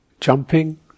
jumping